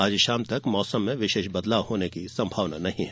आज शाम तक मौसम में विशेष बदलाव की संभावना नहीं है